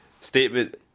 Statement